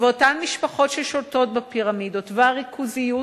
ואותן משפחות ששולטות בפירמידות והריכוזיות